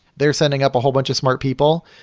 they're sending up a whole bunch of smart people.